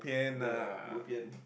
ya bo pian